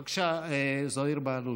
בבקשה, זוהיר בהלול.